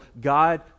God